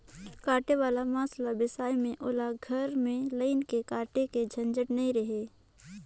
कटे वाला मांस ल बेसाए में ओला घर में लायन के काटे के झंझट नइ रहें